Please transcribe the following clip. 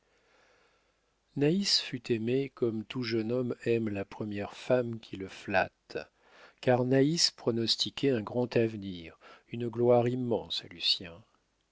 naïs fut aimée comme tout jeune homme aime la première femme qui le flatte car naïs pronostiquait un grand avenir une gloire immense à lucien